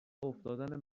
افتادن